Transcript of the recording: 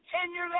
tenure